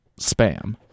spam